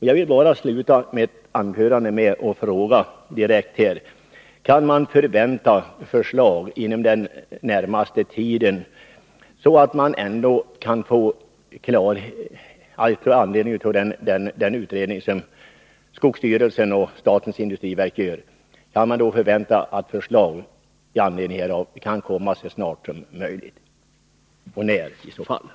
Jag vill sluta mitt anförande med att direkt fråga: Kan man, med anledning av den utredning som skogsstyrelsen och statens industriverk gör, förvänta förslag inom den närmaste framtiden och i så fall när?